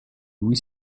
lui